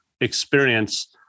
experience